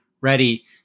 ready